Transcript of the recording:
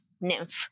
nymph